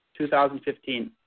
2015